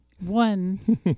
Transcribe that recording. one